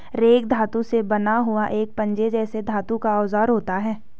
rake धातु से बना हुआ एक पंजे जैसा धातु का औजार होता है